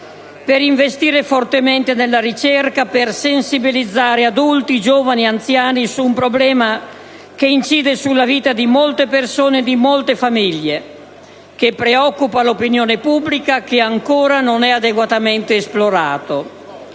per investire fortemente nella ricerca, per sensibilizzare adulti, giovani e anziani su un problema che incide sulla vita di molte persone e di molte famiglie, che preoccupa l'opinione pubblica e che ancora non è adeguatamente esplorato,